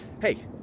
Hey